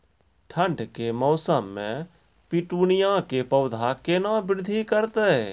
ठंड के मौसम मे पिटूनिया के पौधा केना बृद्धि करतै?